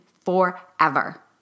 forever